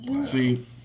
See